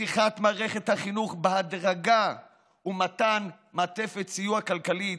פתיחת מערכת החינוך בהדרגה ומתן מעטפת סיוע כלכלית,